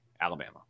Alabama